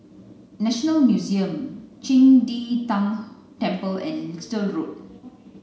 National Museum Qing De Tang Temple and Little Road